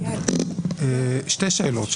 שתי שאלות.